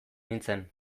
nintzen